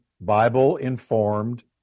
Bible-informed